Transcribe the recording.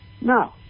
No